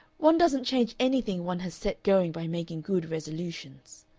one doesn't change anything one has set going by making good resolutions.